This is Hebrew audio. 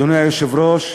אדוני היושב-ראש,